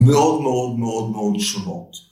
מאוד מאוד מאוד מאוד שונות.